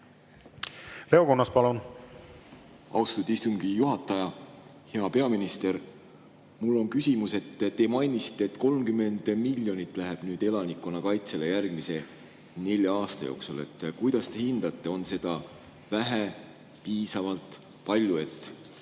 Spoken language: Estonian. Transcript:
Leo Kunnas, palun! Austatud istungi juhataja! Hea peaminister! Mul on küsimus. Te mainisite, et 30 miljonit läheb elanikkonnakaitsele järgmise nelja aasta jooksul. Kuidas te hindate, on seda vähe, piisavalt või palju?